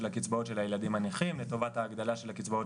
הקצבאות של הילדים הנכים לטובת ההגדלה של הקצבאות